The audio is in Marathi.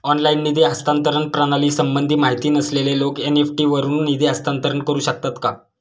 ऑनलाइन निधी हस्तांतरण प्रणालीसंबंधी माहिती नसलेले लोक एन.इ.एफ.टी वरून निधी हस्तांतरण करू शकतात का?